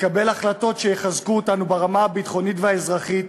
לקבל החלטות שיחזקו אותנו ברמה הביטחונית והאזרחית,